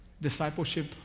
discipleship